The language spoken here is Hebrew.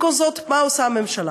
במקום זאת, מה עושה הממשלה?